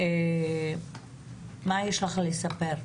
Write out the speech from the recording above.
מה יש לך לספר?